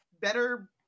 better